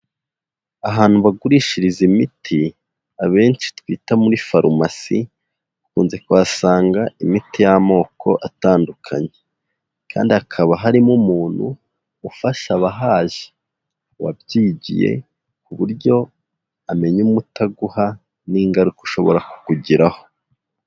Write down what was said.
Ahantu bagurishiriza imiti abenshi twita muri pharmacy, bakunze kuhasanga imiti y'amoko atandukanye kandi hakaba harimo umuntu ufasha abahaje, wabyigiye ku buryo amenya umuti aguha n'ingaruka ushobora kukugiraho.